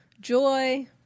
Joy